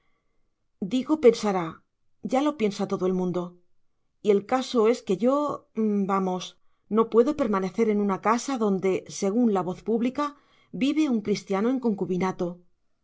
digo pensará ya lo piensa todo el mundo y el caso es que yo vamos no puedo permanecer en una casa donde según la voz pública vive un cristiano en concubinato